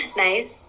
nice